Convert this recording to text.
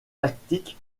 tactique